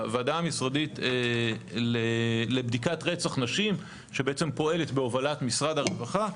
הוועדה המשרדית לבדיקת רצח נשים שבעצם פועלת בהובלת משרד הרווחה,